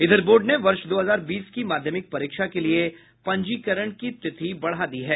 इधर बोर्ड ने वर्ष दो हजार बीस की माध्यमिक परीक्षा के लिए पंजीकरण की तिथि बढ़ा दी है